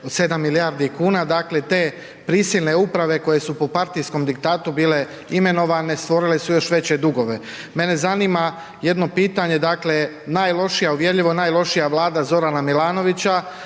od 7 milijardi kuna, dakle te prisilne uprave koje su po partijskom diktatu bile imenovane stvorile su još veće dugove. Mene zanima jedno pitanje, dakle najlošija, uvjerljivo najlošija vlada Zorana Milanovića